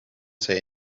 say